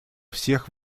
всех